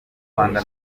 rwanda